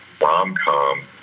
rom-com